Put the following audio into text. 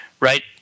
Right